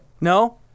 No